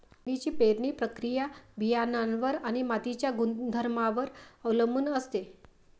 पेरणीची पेरणी प्रक्रिया बियाणांवर आणि मातीच्या गुणधर्मांवर अवलंबून असते